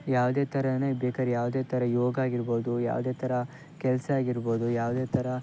ಯಾವುದೇ ಥರ ಬೇಕಾರು ಯಾವುದೇ ಥರ ಯೋಗ ಆಗಿರ್ಬೋದು ಯಾವುದೇ ಥರ ಕೆಲಸ ಆಗಿರ್ಬೋದು ಯಾವುದೇ ಥರ